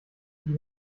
die